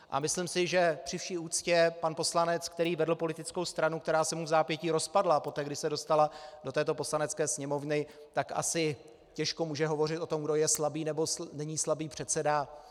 A myslím si, že při vší úctě pan poslanec, který vedl politickou stranu, která se mu vzápětí rozpadla poté, když se dostala do této Poslanecké sněmovny, tak asi těžko může hovořit o tom, kdo je slabý nebo není slabý předseda.